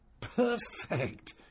perfect